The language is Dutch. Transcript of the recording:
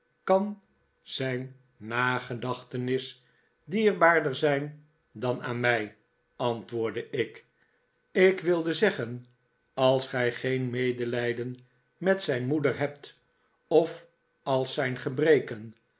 kan zijn nagedachtenis dierbaarder zijn dan aan mij antwoordde ik ik wilde zeggen als gij geen medelijden met zijn moeder hebt of als zijn gebreken